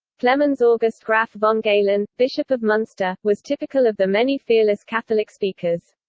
clemens august graf von galen, bishop of munster, was typical of the many fearless catholic speakers.